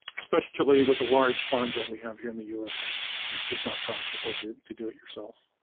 especially with the large farms that we have here in the us it's just not practical to to do it yourself